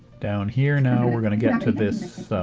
down here, now, we're going to get to this